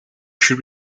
should